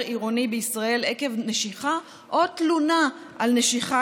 עירוני בישראל עקב נשיכה או תלונה על נשיכה,